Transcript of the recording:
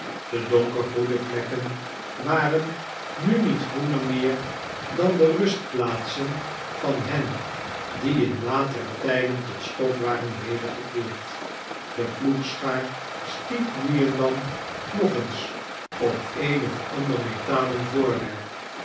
de donkergroene plekken waren nu niet groener maar dan de rastplaataen van hen die in latere tijden tot stof waren wedergekaerd de ploegsichaar stiet nu en dan nog eetns op een of ander metalen voorwerp